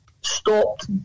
stopped